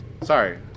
Sorry